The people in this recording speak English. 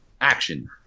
Action